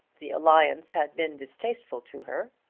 the alliance had been distasteful to her.